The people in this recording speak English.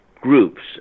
groups